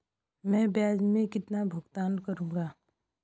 मैं ब्याज में कितना भुगतान करूंगा?